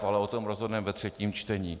Ale o tom rozhodneme ve třetím čtení.